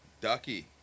Ducky